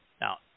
Now